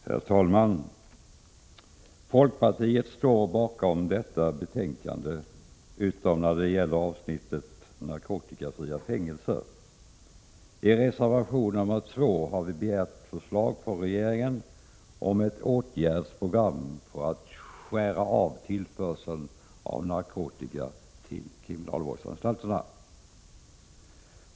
Herr talman! Folkpartiet står bakom detta betänkande, utom när det gäller avsnittet om narkotikafria fängelser. I reservation 2 har vi begärt förslag från regeringen om ett åtgärdsprogram för att skära av tillförseln av narkotika till kriminalvårdsanstalterna.